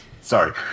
sorry